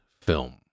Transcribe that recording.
film